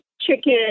chicken